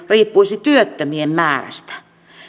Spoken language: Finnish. riippuisi työttömien määrästä